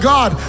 God